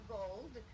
gold